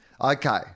Okay